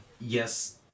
yes